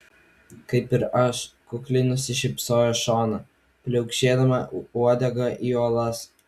kaip ir aš kukliai nusišypsojo šona pliaukšėdama uodega į uolas